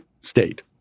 state